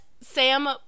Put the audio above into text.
Sam